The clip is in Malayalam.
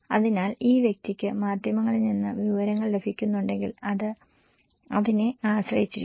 അതിനാൽ ഈ വ്യക്തിക്ക് മാധ്യമങ്ങളിൽ നിന്ന് വിവരങ്ങൾ ലഭിക്കുന്നുണ്ടെങ്കിൽ അത് അതിനെ ആശ്രയിച്ചിരിക്കുന്നു